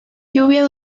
lluvia